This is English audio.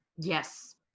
Yes